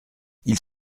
ils